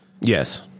Yes